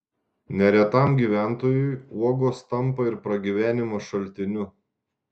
neretam gyventojui uogos tampa ir pragyvenimo šaltiniu